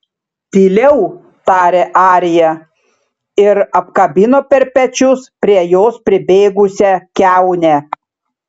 tyliau tarė arija ir apkabino per pečius prie jos pribėgusią kiaunę